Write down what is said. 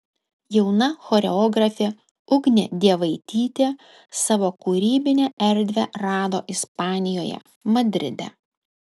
jauna choreografė ugnė dievaitytė savo kūrybinę erdvę rado ispanijoje madride